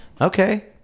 okay